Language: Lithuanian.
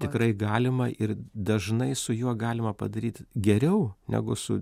tikrai galima ir dažnai su juo galima padaryt geriau negu su